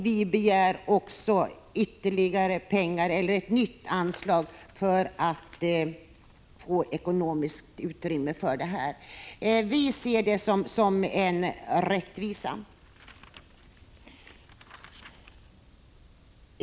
Vi begär också ett nytt anslag för att få ekonomiskt utrymme för dessa fonder. Vi ser det som en rättvisesak.